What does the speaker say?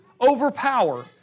overpower